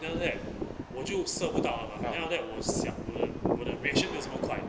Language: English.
then after that 我就 serve 不到了 mah then after that 我想 learn 我的 reaction 没有这么快